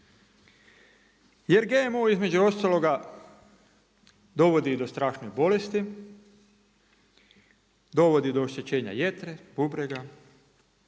Jer GMO između ostaloga dovodi i do strašnih bolesti, dovodi do oštećenja jetra, bubrega,